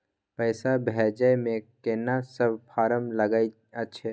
पैसा भेजै मे केना सब फारम लागय अएछ?